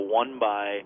one-by